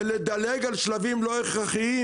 ולדלג על שלבים לא הכרחיים,